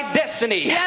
destiny